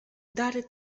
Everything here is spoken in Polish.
dary